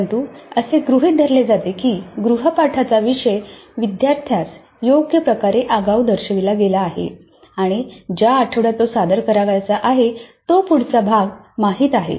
परंतु असे गृहित धरले जाते की गृहपाठाचा विषय विद्यार्थ्यास योग्य प्रकारे आगाऊ दर्शविला गेला आहे आणि ज्या आठवड्यात तो सादर करायचा आहे तो पुढचा भाग माहित आहे